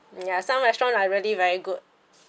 ya some restaurant are really very good